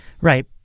Right